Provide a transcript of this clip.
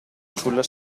sulla